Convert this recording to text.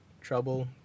trouble